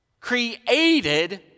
created